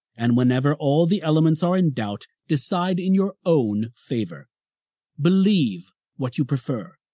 and whenever all the elements are in doubt, decide in your own favor believe what you prefer.